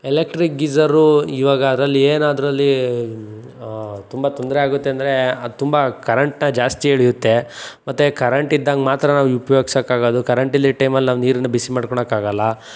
electric geyser ಈವಾಗ ಅದರಲ್ಲಿ ಏನು ಅದರಲ್ಲಿ ತುಂಬ ತೊಂದರೆ ಆಗುತ್ತೆ ಅಂದರೆ ಅದು ತುಂಬ ಕರೆಂಟ್ನ ಜಾಸ್ತಿ ಎಳಿಯುತ್ತೆ ಮತ್ತೆ ಕರೆಂಟ್ ಇದ್ದಾಗ ಮಾತ್ರ ನಾವು ಉಪ್ಯೋಗ್ಸೋಕ್ಕೆ ಆಗೋದು ಕರೆಂಟ್ ಇಲ್ದಿದ್ದ ಟೈಮಲ್ಲಿ ನಾವು ನೀರನ್ನು ಬಿಸಿ ಮಾಡ್ಕೊಳ್ಳೋಕೆ ಆಗಲ್ಲ